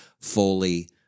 fully